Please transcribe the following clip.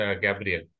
Gabriel